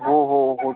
हो हो हो